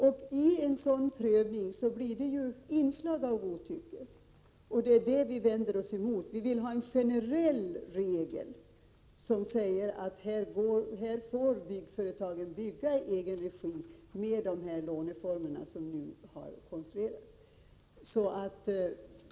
Vid en sådan prövning blir det ett inslag av godtycke, och det vänder vi oss emot. Vi vill ha en generell regel som säger att byggföretagen får bygga i egen regi med de låneformer som nu har konstruerats.